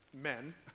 men